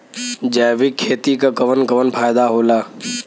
जैविक खेती क कवन कवन फायदा होला?